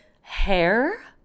hair